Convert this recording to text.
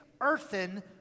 earthen